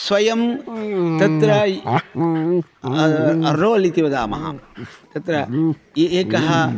स्वयं तत्र रोल् इति वदामः तत्र एकः